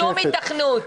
שום התכנות.